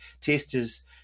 Testers